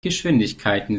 geschwindigkeiten